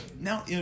Now